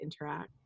interact